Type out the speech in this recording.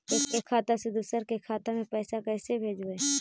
एक खाता से दुसर के खाता में पैसा कैसे भेजबइ?